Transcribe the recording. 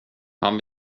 han